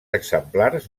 exemplars